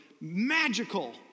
magical